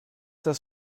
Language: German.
das